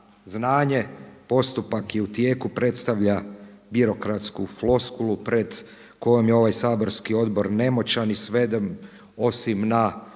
znanje, postupak je u tijeku predstavlja birokratsku floskulu pred kojom je ovaj saborski odbor nemoćan i sveden osim na